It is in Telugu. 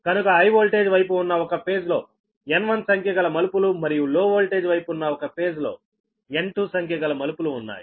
కనుక హై వోల్టేజ్ వైపు ఉన్న ఒక ఫేజ్ లో N1 సంఖ్యగల మలుపులు మరియు లో వోల్టేజ్ వైపు ఉన్న ఒక ఫేజ్ లో N2 సంఖ్యగల మలుపులు ఉన్నాయి